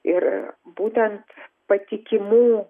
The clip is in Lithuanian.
ir būtent patikimų